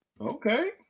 Okay